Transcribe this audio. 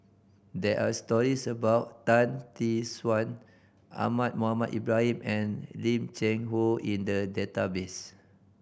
there are stories about Tan Tee Suan Ahmad Mohamed Ibrahim and Lim Cheng Hoe in the database